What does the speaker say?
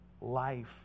Life